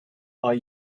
are